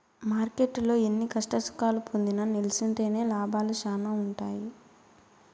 మార్కెట్టులో ఎన్ని కష్టసుఖాలు పొందినా నిల్సుంటేనే లాభాలు శానా ఉంటాయి